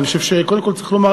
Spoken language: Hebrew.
ואני חושב שקודם כול צריך לומר,